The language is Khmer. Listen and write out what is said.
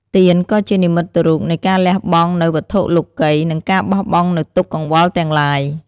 ទៀនក៏ជាជានិមិត្តរូបនៃការលះបង់នូវវត្ថុលោកិយ និងការបោះបង់នូវទុក្ខកង្វល់ទាំងឡាយ។